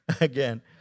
Again